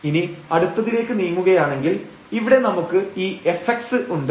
ഇനി അടുത്തതിലേക്ക് നീങ്ങുകയാണെങ്കിൽ ഇവിടെ നമുക്ക് ഈ fx ഉണ്ട്